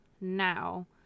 now